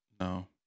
no